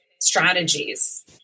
strategies